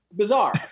bizarre